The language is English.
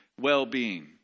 well-being